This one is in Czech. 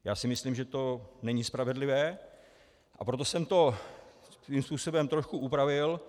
Já si myslím, že to není spravedlivé, a proto jsem to svým způsobem trošku upravil.